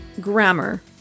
grammar